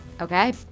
Okay